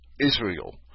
Israel